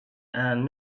and